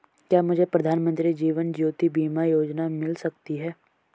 क्या मुझे प्रधानमंत्री जीवन ज्योति बीमा योजना मिल सकती है?